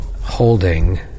Holding